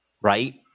right